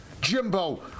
Jimbo